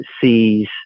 sees